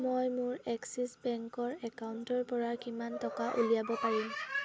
মই মোৰ এক্সিছ বেংকৰ একাউণ্টৰ পৰা কিমান টকা উলিয়াব পাৰিম